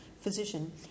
physician